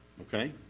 Okay